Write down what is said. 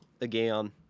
again